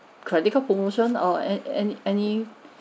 credit card promotion or an~ an~ any